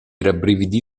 rabbrividì